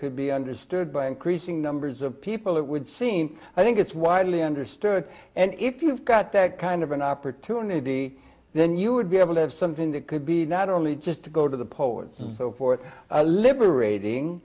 could be understood by increasing numbers of people it would seem i think it's widely understood and if you've got that kind of an opportunity then you would be able to have something that could be not only just to go to the poets and so forth liberating